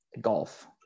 golf